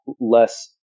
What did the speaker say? less